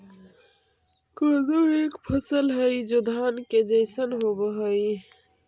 कोदो एक फसल हई जो धान के जैसन होव हई